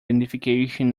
identification